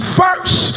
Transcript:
first